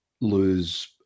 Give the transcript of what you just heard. lose